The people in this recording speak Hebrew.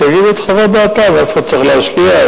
שיגידו את חוות דעתם: איפה צריך להשקיע,